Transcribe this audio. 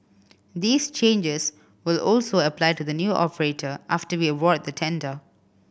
these changes will also apply to the new operator after we award the tender